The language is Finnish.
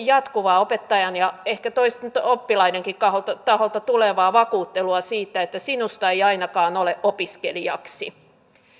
jatkuvaa opettajan ja ehkä toisten oppilaidenkin taholta tulevaa vakuuttelua siitä että sinusta ei ainakaan ole opiskelijaksi